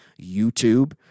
YouTube